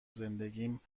زندگیم